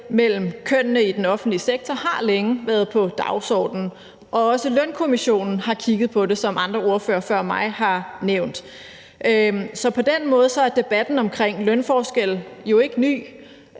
mellem kønnene i den offentlige sektor har længe været på dagsordenen, og også Lønkommissionen har kigget på det, som andre ordførere før mig har nævnt det. Så på den måde er debatten om lønforskelle jo ikke ny,